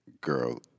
girl